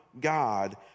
God